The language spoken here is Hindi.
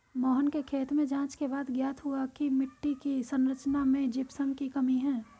मोहन के खेत में जांच के बाद ज्ञात हुआ की मिट्टी की संरचना में जिप्सम की कमी है